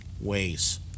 ways